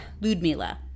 Ludmila